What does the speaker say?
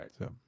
right